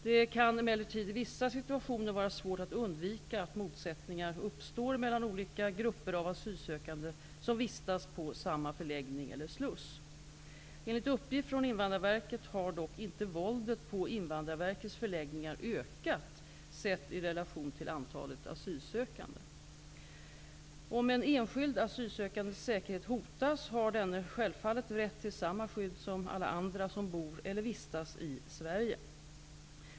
Det kan emellertid i vissa situationer vara svårt att undvika att motsättningar uppstår mellan olika grupper av asylsökande som vistas på samma förläggning eller sluss. Enligt uppgift från Invandrarverket har dock inte våldet på Om en enskild asylsökandes säkerhet hotas har denne självfallet rätt till samma skydd som alla andra som bor eller vistas i Sverige.